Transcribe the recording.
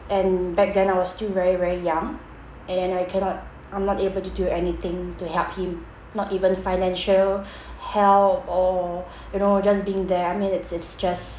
and back then I was still very very young and then I cannot I'm not able to do anything to help him not even financial help or you know just being there I mean it's it's just